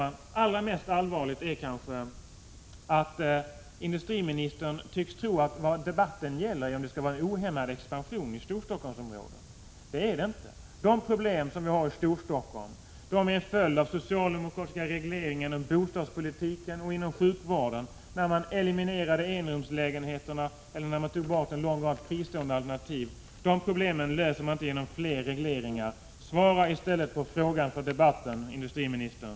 Men allra mest allvarligt är kanske att industriministern tycks tro att vad debatten gäller är om det skall vara en ohämmad expansion i Stockholmsområdet. Det gör den inte. De problem vi har i Storstockholm är en följd av den socialdemokratiska regleringen av bostadspolitiken och inom sjukvården, när man eliminerade enrumslägenheterna och tog bort en lång rad fristående alternativ — de problemen löser man inte genom fler regleringar. Svara i stället på frågan för debatten, industriministern!